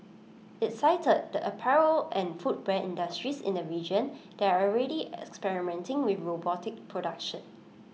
IT cited the apparel and footwear industries in the region that are already experimenting with robotic production